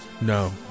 No